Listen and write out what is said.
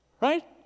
Right